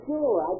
Sure